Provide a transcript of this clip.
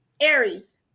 aries